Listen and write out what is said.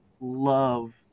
love